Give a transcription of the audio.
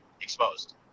exposed